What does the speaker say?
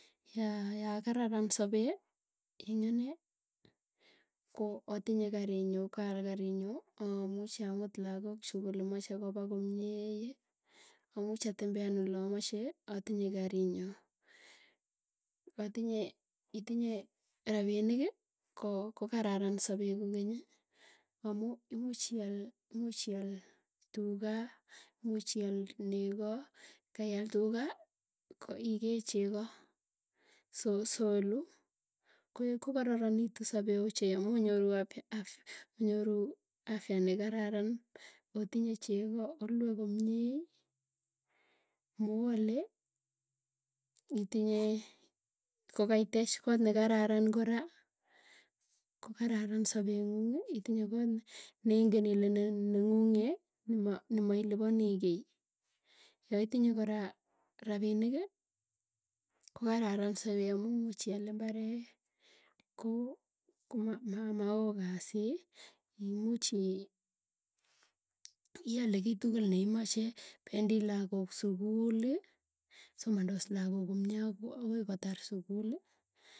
Ya yakararan sapee, eng anee ko atinye karinyu kaal karii nyuu, amuchi amut lagookchu lemeche kopa komie. Amuchi atembean olamache atinye karinyu atinye itinye, rapiniki kokararan sapee kokeny, amuu imuuch ial imuch ial tugaa, imuuch ial negoo. Kail tugo ko igee chegoo so soluu, kokararanitu, sapee ochei amuu onyoru apya, afya onyoruu afya nekararan, otinye chego, olue komie moale itinye kokaitich kot nekaararn kora. Ko kararan sapee nguung itinye koneingen ile ne neng'uung'e nema nemailipanii kiiy, yaitinye kora rapiniki kokararan sapee amuu muuch ial imbaree koo komao kasii imuchii iale kiy tukul neimache pendi lagook sukuli, somandos lagook komie akoi kotar sukuli.